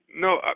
No